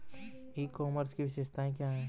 ई commerce की विशेषताएं क्या हैं?